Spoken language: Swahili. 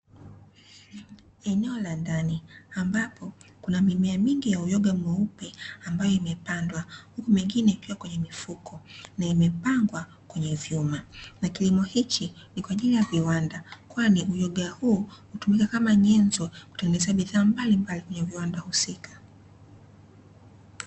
Eneo la ndani ambapo kuna mimea mingi ya uyoga mweupe ambayo imepandwa huku mingine ikiwa kwenye mifuko na imepangwa kwenye vyuma. Na kilimo hichi ni kwa ajili ya viwanda kwani uyoga huu hutumika kama nyenzo ya kutengenezea bidhaa mbalimbali katika viwanda husika.